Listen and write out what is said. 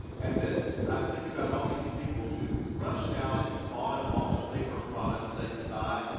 and then i think about all these people who rushed out and bought up all the paper products they could buy.